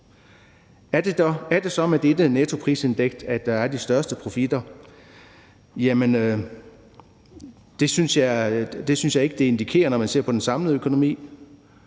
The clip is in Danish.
Er det så med dette nettoprisindeks, at der er de største profitter? Det synes jeg ikke det indikerer, når man ser på den samlede økonomi.